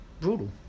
brutal